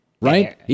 right